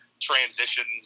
transitions